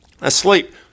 Asleep